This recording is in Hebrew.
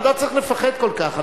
לא צריך לפחד כל כך.